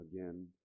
again